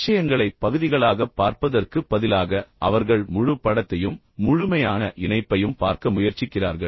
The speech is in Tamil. விஷயங்களை பகுதிகளாகப் பார்ப்பதற்குப் பதிலாக அவர்கள் முழு படத்தையும் முழுமையான இணைப்பையும் பார்க்க முயற்சிக்கிறார்கள்